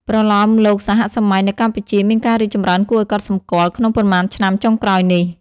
ប្រលោមលោកសហសម័យនៅកម្ពុជាមានការរីកចម្រើនគួរឲ្យកត់សម្គាល់ក្នុងប៉ុន្មានឆ្នាំចុងក្រោយនេះ។